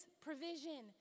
provision